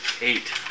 Eight